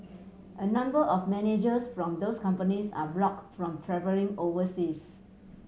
a number of managers from those companies are blocked from travelling overseas